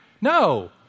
No